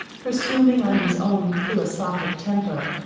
presuming on his own philosophic temper,